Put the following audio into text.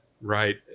Right